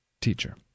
teacher